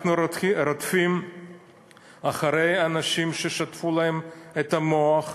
אנחנו רודפים אחרי אנשים ששטפו להם את המוח,